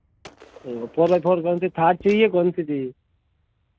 हाँ four by four कौन सी थार चाहिए या कौन सी चाहिए